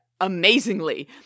amazingly